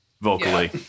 vocally